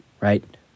right